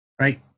right